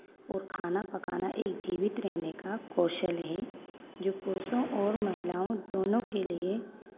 और खाना पकाना एक जीवित रहने का कौशल है जो पुरुषों और महिलाओं दोनों के लिए